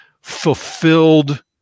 fulfilled